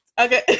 okay